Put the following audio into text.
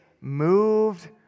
moved